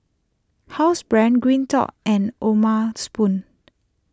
Housebrand Green Dot and O'ma Spoon